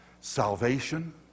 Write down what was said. salvation